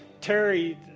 Terry